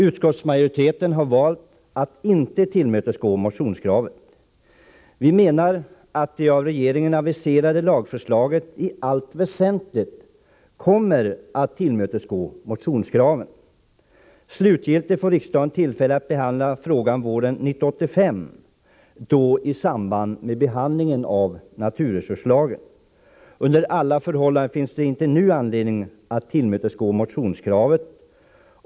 Utskottsmajoriteten har valt att inte tillmötesgå motionskravet. Vi menar att det av regeringen aviserade lagförslaget i allt väsentligt kommer att tillmötesgå motionskraven. Slutgiltigt får riksdagen tillfälle att behandla frågan våren 1985, då i samband med behandlingen av naturresurslagen. Under alla förhållanden finns det inte nu anledning att tillmötesgå motionskravet.